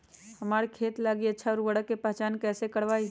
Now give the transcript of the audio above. हमार खेत लागी अच्छा उर्वरक के पहचान हम कैसे करवाई?